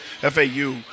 FAU